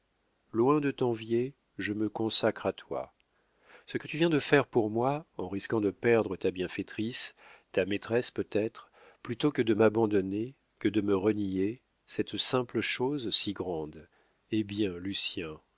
loin de t'envier je me consacre à toi ce que tu viens de faire pour moi en risquant de perdre ta bienfaitrice ta maîtresse peut-être plutôt que de m'abandonner que de me renier cette simple chose si grande eh bien lucien